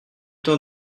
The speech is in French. temps